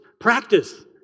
practice